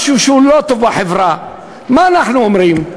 משהו שהוא לא טוב בחברה, מה אנחנו אומרים?